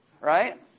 right